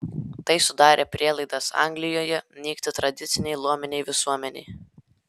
tai sudarė prielaidas anglijoje nykti tradicinei luominei visuomenei